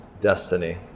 destiny